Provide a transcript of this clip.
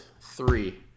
three